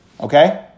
Okay